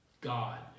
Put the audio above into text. God